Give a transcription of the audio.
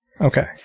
Okay